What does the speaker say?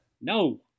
No